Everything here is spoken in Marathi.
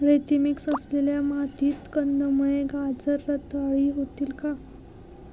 रेती मिक्स असलेल्या मातीत कंदमुळे, गाजर रताळी होतील का?